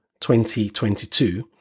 2022